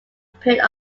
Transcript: period